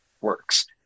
works